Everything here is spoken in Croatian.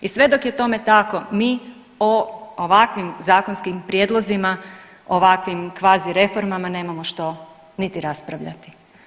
I sve dok je tome tako mi o ovakvim zakonskim prijedlozima, ovakvim kvazi reformama nemamo što niti raspravljati.